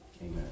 Amen